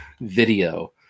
Video